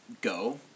go